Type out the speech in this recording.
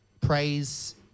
praise